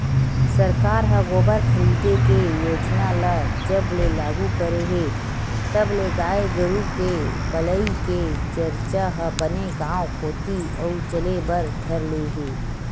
सरकार ह गोबर खरीदे के योजना ल जब ले लागू करे हे तब ले गाय गरु के पलई के चरचा ह बने गांव कोती अउ चले बर धर ले हे